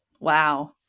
Wow